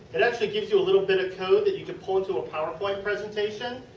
it actually gives you a little bit of code that you a pull into a powerpoint presentation.